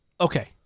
Okay